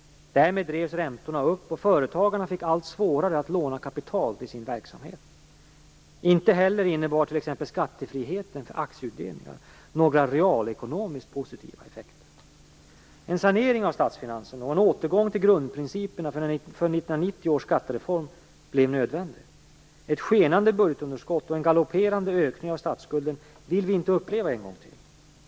Därmed drevs räntorna upp, och företagarna fick allt svårare att låna kapital till sin verksamhet. Inte heller innebar t.ex. skattefriheten för aktieutdelningar några realekonomiskt positiva effekter. En sanering av statsfinanserna och en återgång till grundprinciperna för 1990 års skattereform blev nödvändig. Ett skenande budgetunderskott och en galopperande ökning av statsskulden vill vi inte uppleva en gång till.